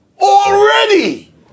already